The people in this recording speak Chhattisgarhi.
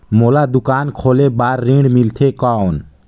मोला दुकान खोले बार ऋण मिलथे कौन?